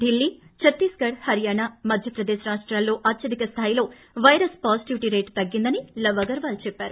Delhi Chhattisgarh Haryana Madhya Pradesh రాష్టాల్లో అత్యధిక స్టాయిలో పైరస్ పాజిటివిటీ రేటు తగ్గిందని లవ్ అగర్వాల్ తెలిపారు